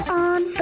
on